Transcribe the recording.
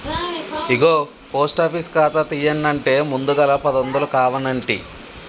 ఇగో post office ఖాతా తీయన్నంటే ముందుగల పదొందలు కావనంటి